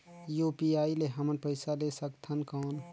UPI ले हमन पइसा ले सकथन कौन?